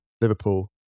Liverpool